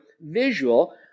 visual